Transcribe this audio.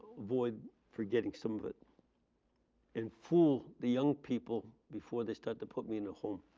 avoid forgetting some of it and fool the young people before they start to put me in a home.